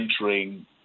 entering